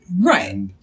Right